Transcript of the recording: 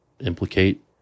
implicate